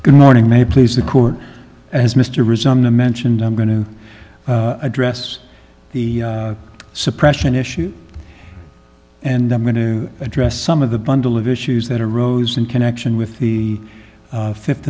good morning may please the court as mr resign the mentioned i'm going to address the suppression issue and i'm going to address some of the bundle of issues that arose in connection with the fifth